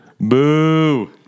Boo